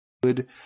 good